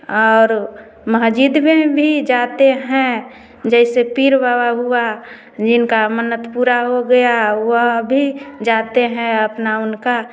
और मस्जिद में भी जाते हैं जैसे पीर बाबा हुआ जिनका मन्नत पूरा हो गया वह भी जाते हैं अपना उनका